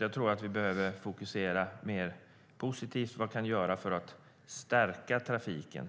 Jag tror att vi behöver fokusera mer positivt på vad vi kan göra för att stärka trafiken.